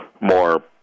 more